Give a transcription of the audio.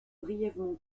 brièvement